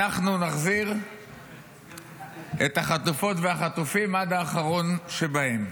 אנחנו נחזיר את החטופות והחטופים עד האחרון שבהם.